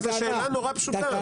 זאת שאלה מאוד פשוטה.